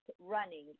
running